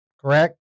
correct